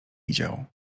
widział